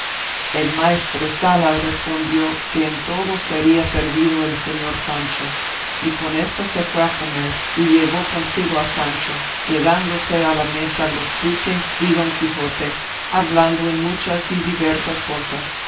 la letra el maestresala respondió que en todo sería servido el señor sancho y con esto se fue a comer y llevó consigo a sancho quedándose a la mesa los duques y don quijote hablando en muchas y diversas cosas